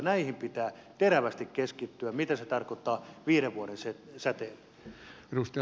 näihin pitää terävästi keskittyä mitä se tarkoittaa viiden vuoden säteellä